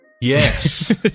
Yes